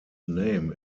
name